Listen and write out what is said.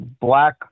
black